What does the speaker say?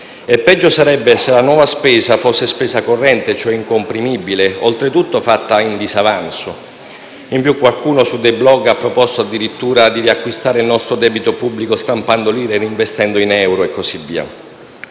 e peggio sarebbe se la nuova spesa fosse spesa corrente, cioè incomprimibile, oltretutto fatta in disavanzo. In più, qualcuno su dei *blog* ha proposto addirittura di riacquistare il nostro debito pubblico stampando lire e reinvestendo in euro e così via: